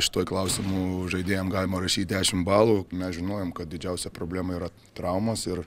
šituo klausimu žaidėjam galima rašyt dešim balų mes žinojom kad didžiausia problema yra traumos ir